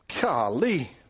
Golly